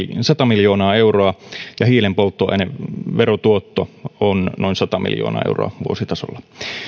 sata miljoonaa euroa ja hiilen polttoaineverotuotto on noin sata miljoonaa euroa vuositasolla